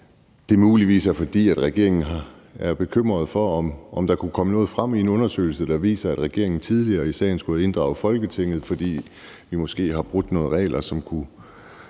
at det muligvis er, fordi regeringen er bekymret for, om der kunne komme noget frem i en undersøgelse, der viser, at regeringen tidligere i sagen skulle have inddraget Folketinget, fordi vi måske har brudt nogle regler, som kunne